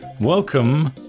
Welcome